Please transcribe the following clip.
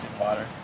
water